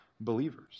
believers